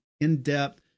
in-depth